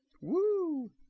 Woo